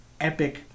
epic